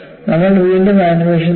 നമ്മൾ വീണ്ടും ആനിമേഷൻ നോക്കും